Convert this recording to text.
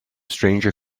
stranger